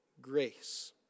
grace